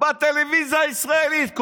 בטלוויזיה הישראלית,